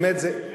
אמת" להבדיל.